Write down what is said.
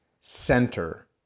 center